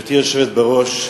גברתי היושבת בראש,